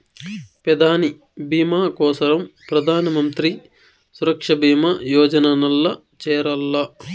పెదాని బీమా కోసరం ప్రధానమంత్రి సురక్ష బీమా యోజనల్ల చేరాల్ల